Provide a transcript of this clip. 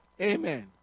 Amen